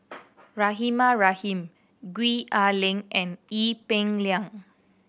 Rahimah Rahim Gwee Ah Leng and Ee Peng Liang